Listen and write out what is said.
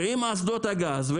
עם אסדות הגז,